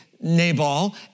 Nabal